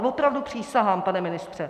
Opravdu, přísahám, pane ministře.